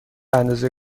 اندازه